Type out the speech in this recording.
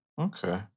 Okay